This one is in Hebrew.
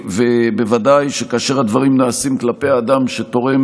בוודאי כאשר הדברים נעשים כלפי אדם שתורם